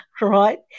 right